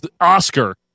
Oscar